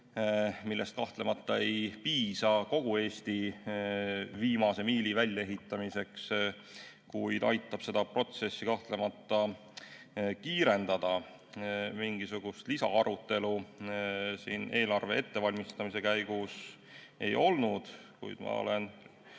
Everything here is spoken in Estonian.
millest kahtlemata ei piisa kogu Eestis viimase miili väljaehitamiseks, kuid see aitab seda protsessi kahtlemata kiirendada. Mingisugust lisaarutelu siin eelarve ettevalmistamise käigus ei olnud, kuid ma olen